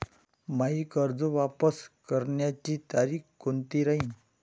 मायी कर्ज वापस करण्याची तारखी कोनती राहीन?